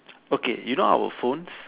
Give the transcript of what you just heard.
okay you know our phones